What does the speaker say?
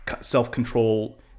self-control